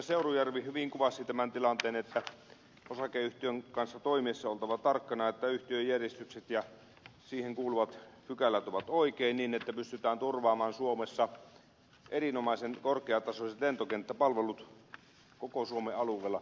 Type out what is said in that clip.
seurujärvi hyvin kuvasi tämän tilanteen osakeyhtiön kanssa toimittaessa on oltava tarkkana että yhtiöjärjestykset ja siihen kuuluvat pykälät ovat oikein niin että pystytään turvaamaan suomessa erinomaisen korkeatasoiset lentokenttäpalvelut koko suomen alueella